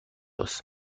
است